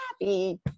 happy